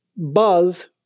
Buzz